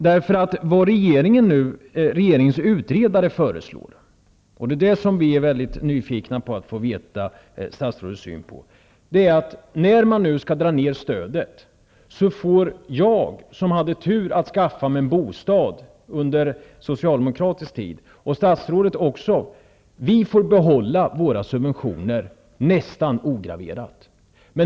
Det som regeringens utredare nu föreslår -- och som vi är nyfikna att få veta statsrådets syn på -- är att jag och de, inkl. statsrådet, som hade turen att kunna skaffa sig en bostad under sociademokratisk regeringstid får behålla våra subventioner nästan ograverade.